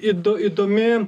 įdo įdomi